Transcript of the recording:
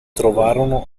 trovarono